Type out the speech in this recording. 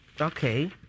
Okay